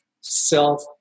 self